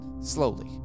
slowly